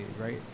right